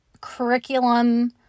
curriculum